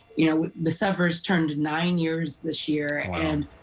you know the suffers turned nine years this year. and